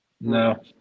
No